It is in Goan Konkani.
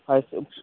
आस